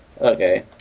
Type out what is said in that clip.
Okay